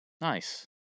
Nice